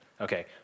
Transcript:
Okay